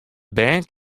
bern